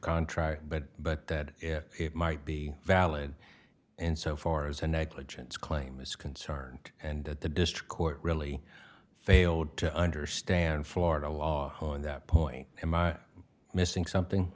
contract but but that it might be valid and so far as the negligence claim is concerned and that the district court really failed to understand florida law on that point him are missing something